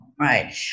Right